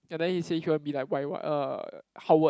and then he said he want to be like what uh Howard